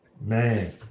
Man